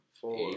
Four